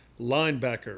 Linebacker